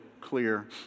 clear